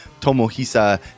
Tomohisa